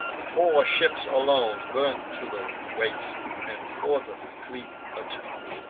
four ships alone burn to the waist, and for the fleet atone.